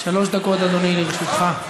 אדוני, לרשותך שלוש דקות.